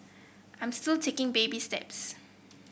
I'm still taking baby steps